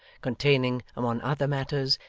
containing, among other matters,